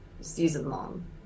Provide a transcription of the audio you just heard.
season-long